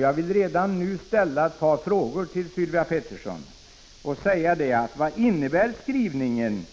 Jag vill redan nu ställa ett par frågor till Sylvia Pettersson: Vad innebär skrivningen